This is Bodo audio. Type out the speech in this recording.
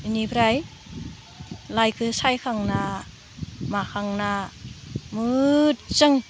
बेनिफ्राय लाइखौ सायखांना माखांना मोजां